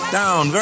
down